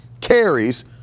carries